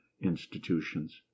institutions